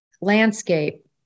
landscape